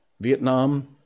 Vietnam